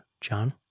John